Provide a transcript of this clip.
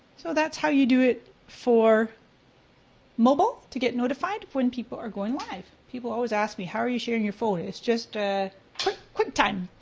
so that's how you do it for mobile to get notified when people are going live. people always ask me, how are you sharing your phone? it's just ah quicktime,